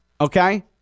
okay